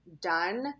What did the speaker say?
done